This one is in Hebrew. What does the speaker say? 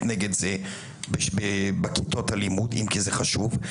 נגד זה בכיתות הלימודים כי זה חשוב,